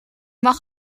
mag